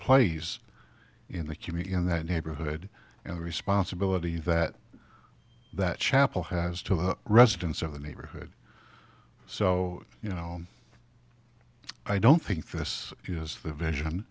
plays in the cumi in that neighborhood and the responsibility that that chapel has to the residents of the neighborhood so you know i don't think this is the vision